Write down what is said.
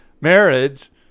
marriage